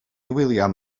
william